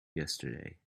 yesterday